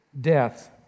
death